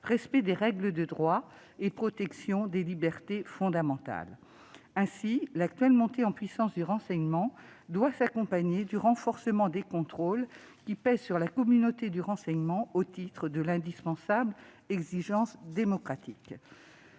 respect des règles de droit et la protection des libertés fondamentales. Ainsi, l'actuelle montée en puissance du renseignement doit s'accompagner du renforcement des contrôles qui pèsent sur la communauté du renseignement, au titre de l'indispensable exigence démocratique.